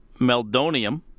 Meldonium